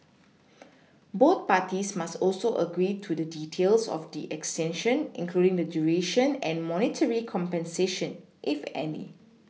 both parties must also agree to the details of the extension including the duration and monetary compensation if any